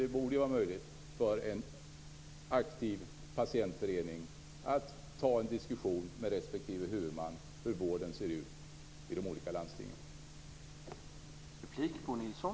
Det borde vara möjligt för en aktiv patientförening att ta en diskussion med respektive huvudman om hur vården ser ut i de olika landstingen.